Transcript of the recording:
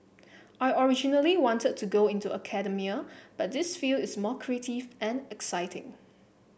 I originally wanted to go into academia but this field is more creative and exciting